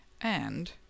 And—